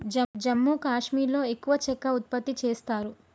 జమ్మూ కాశ్మీర్లో ఎక్కువ చెక్క ఉత్పత్తి చేస్తారు